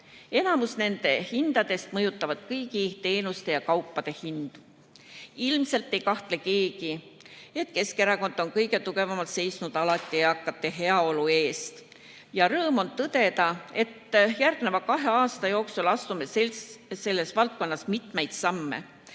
Enamik nendest hindadest mõjutab kõigi teenuste ja kaupade hinda. Ilmselt ei kahtle keegi, et Keskerakond on alati kõige tugevamalt seisnud eakate heaolu eest. Rõõm on tõdeda, et järgmise kahe aasta jooksul astume selles valdkonnas mitmeid samme.